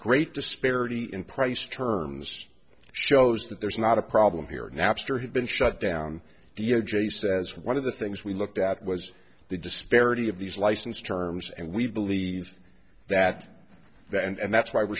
great disparity in price terms shows that there's not a problem here napster has been shut down d o j says one of the things we looked at was the disparity of these license terms and we believe that that and that's why we're